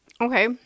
okay